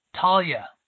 Talia